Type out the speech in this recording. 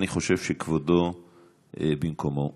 אני חושב שכבודו במקומו מונח.